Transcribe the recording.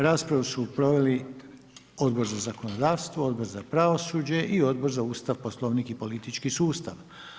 Raspravu su proveli Odbor za zakonodavstvo, Odbor za pravosuđe i Odbor za Ustav, Poslovnik i politički sustav.